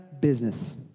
Business